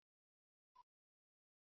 Divergence of curl0